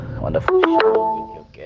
wonderful